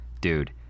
Dude